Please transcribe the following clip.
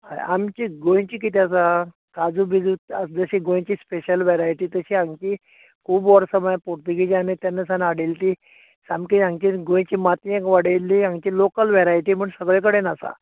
हय आमची गोंयची किदें आसा काजू बिजू जशी गोंयची स्पेशल वरायटी तशी हांगची खूब वर्सां म्हळ्यार पोर्तुगिजांनी तेन्नासान हाडिल्ली ती सामकी हांगची गोंयची मातयेंत वाडयल्ली हांगची लोकल वरायटी म्हूण सगले कडेन आसा